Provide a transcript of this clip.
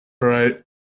right